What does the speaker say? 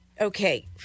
okay